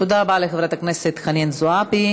תודה רבה לחברת הכנסת חנין זועבי.